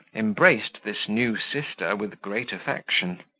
embraced this new sister with great affection.